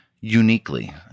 uniquely